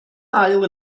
haul